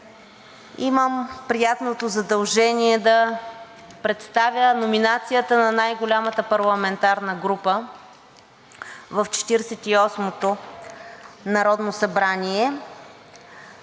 имам приятното задължение да представя номинацията на най-голямата парламентарна група в Четиридесет